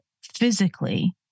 physically